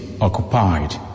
occupied